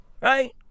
Right